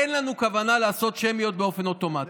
אין לנו כוונה לעשות שמיות באופן אוטומטי.